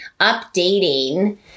updating